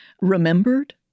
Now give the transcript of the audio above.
remembered